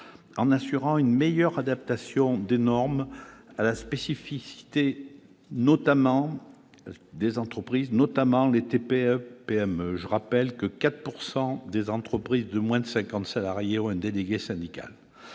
en assurant une meilleure adaptation des normes à la spécificité des entreprises, notamment des TPE et PME. Je rappelle que 4 % des entreprises de moins de 50 salariés ont un délégué syndical.